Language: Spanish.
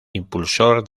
impulsor